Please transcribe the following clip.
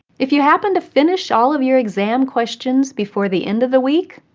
if you happen to finish all of your exam questions before the end of the week,